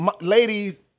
ladies